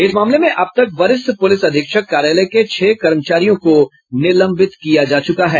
इस मामले में अब तक वरिष्ठ पुलिस अधीक्षक कार्यालय के छह कर्मचारियों को निलंबित किया जा चुका है